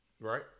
right